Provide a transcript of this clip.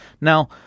now